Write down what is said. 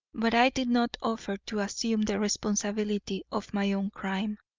but i did not offer to assume the responsibility of my own crime.